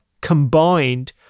combined